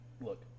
Look